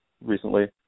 recently